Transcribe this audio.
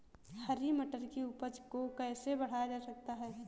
हरी मटर की उपज को कैसे बढ़ाया जा सकता है?